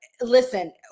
Listen